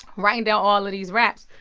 writing down all of these raps.